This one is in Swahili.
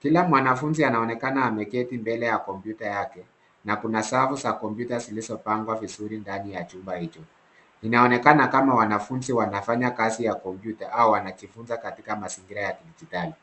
KIla mwanafunzi anaonekana ameketi mbele ya kompyuta yake na kuna safu za kompyuta zilizopangwa vizuri ndani ya chumba hicho. Inaonekana kama wanafunzi wanafanya kazi ya kompyuta au wanajifunza katika mazingira ya kidijitali.